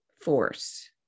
force